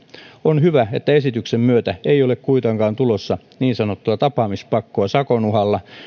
on hyvä että esityksen myötä ei ole kuitenkaan tulossa niin sanottua tapaamispakkoa sakon uhalla